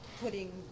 putting